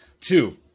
Two